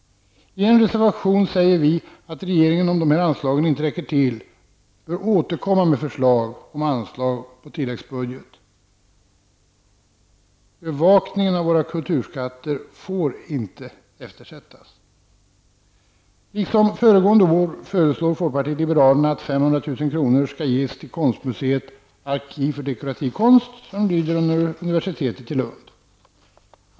I en reservation säger vi att regeringen, om anslagen inte räcker till, bör återkomma med förslag om anslag på tilläggsbudget. Bevakningen av våra kulturskatter får inte eftersättas. Liksom föregående år föreslår folkpartiet liberalerna att 500 000 kr. skall ges till konstmuseet Arkiv för dekorativ konst, som lyder under universitetet i Lund.